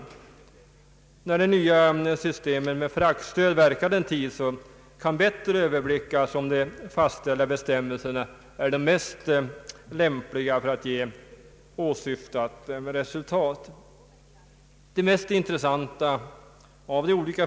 När det nya systemet med fraktstöd verkat en tid kan bättre överblickas om de fastställda bestämmelserna är de mest lämpliga för att ge åsyftat resultat. Ang.